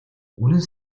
үнэн